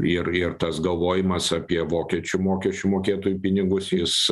ir ir tas galvojimas apie vokiečių mokesčių mokėtojų pinigus jis